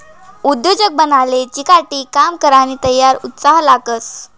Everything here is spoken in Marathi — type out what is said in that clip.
उद्योजक बनाले चिकाटी, काम करानी तयारी, उत्साह लागस